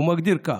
הוא מגדיר כך: